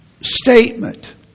statement